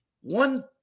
One